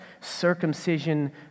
circumcision